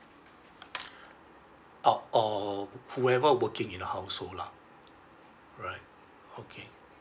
ah oh work~ whoever working in the household lah alright okay